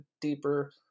deeper